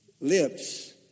lips